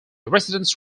residents